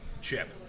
chip